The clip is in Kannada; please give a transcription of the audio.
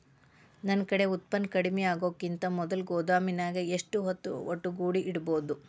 ನನ್ ಕಡೆ ಉತ್ಪನ್ನ ಕಡಿಮಿ ಆಗುಕಿಂತ ಮೊದಲ ಗೋದಾಮಿನ್ಯಾಗ ಎಷ್ಟ ಹೊತ್ತ ಒಟ್ಟುಗೂಡಿ ಇಡ್ಬೋದು?